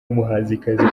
umuhanzikazi